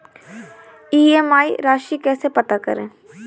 EMI राशि कैसे पता करें?